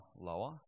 lower